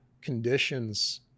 conditions